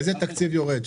איזה תקציב יורד?